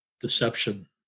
deception